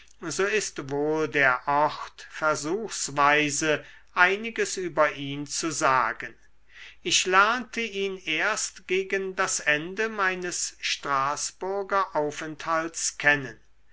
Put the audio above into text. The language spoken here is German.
so ist wohl der ort versuchsweise einiges über ihn zu sagen ich lernte ihn erst gegen das ende meines straßburger aufenthalts kennen